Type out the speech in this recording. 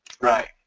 Right